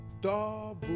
double